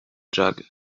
jug